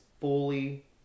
fully